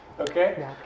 Okay